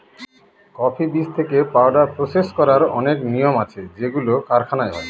coffee বীজ থেকে powder process করার অনেক নিয়ম আছে যেগুলো কারখানায় হয়